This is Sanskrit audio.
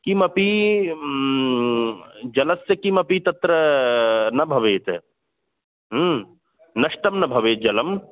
किमपि जलस्य किमपि तत्र न भवेत् नष्टं न भवेत् जलं